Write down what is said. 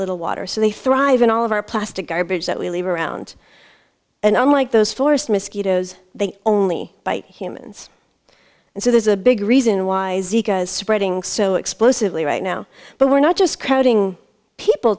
little water so they thrive in all of our plastic garbage that we leave around and i'm like those forest mosquitoes they only bite humans and so there's a big reason why spreading so explosive lee right now but we're not just crowding people